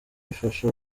bifasha